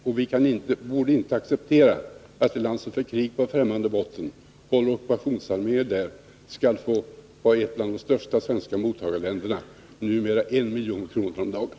Man borde inte acceptera att ett land som för krig på främmande botten och håller ockupationsarméer där skall få vara ett av de största svenska mottagarländerna — det får numera 1 milj.kr. om dagen.